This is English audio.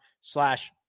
slash